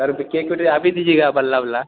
sir wicket kit आप ही दीजिएगा बल्ला वल्ला